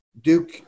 Duke